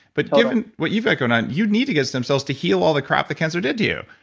but given what you've got going on, you need to get stem cells to heal all the crap the cancer did to you,